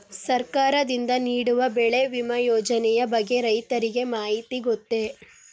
ಸರ್ಕಾರದಿಂದ ನೀಡುವ ಬೆಳೆ ವಿಮಾ ಯೋಜನೆಯ ಬಗ್ಗೆ ರೈತರಿಗೆ ಮಾಹಿತಿ ಗೊತ್ತೇ?